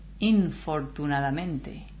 infortunadamente